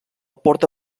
porta